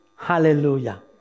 Hallelujah